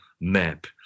map